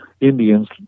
Indians